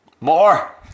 More